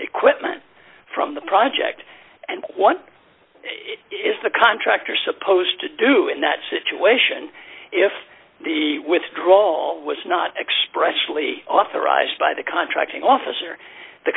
equipment from the project and what is the contractor supposed to do in that situation if the withdrawal was not expressly authorized by the contracting officer the